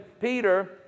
Peter